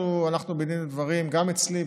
אנחנו בדין ודברים גם אצלי,